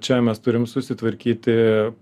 čia mes turim susitvarkyti